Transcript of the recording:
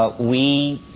ah we